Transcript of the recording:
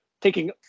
taking